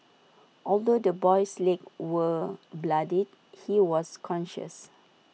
although the boy's legs were bloodied he was conscious